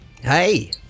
Hey